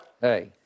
hey